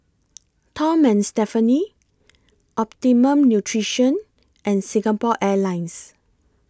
Tom and Stephanie Optimum Nutrition and Singapore Airlines